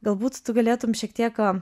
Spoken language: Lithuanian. galbūt tu galėtum šiek tiek